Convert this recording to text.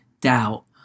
doubt